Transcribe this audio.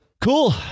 cool